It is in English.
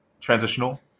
transitional